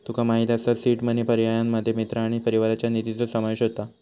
तुका माहित असा seed money पर्यायांमध्ये मित्र आणि परिवाराच्या निधीचो समावेश होता